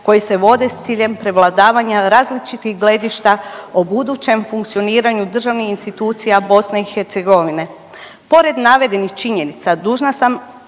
koje se vode s ciljem prevladavanja različitih gledišta o budućem funkcioniranju državnih institucija BiH. Pored navedenih činjenica dužna sam